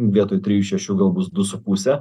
vietoj trijų šešių gal bus du su puse